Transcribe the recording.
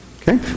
Okay